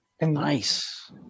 Nice